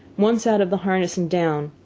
once out of the harness and down,